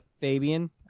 Fabian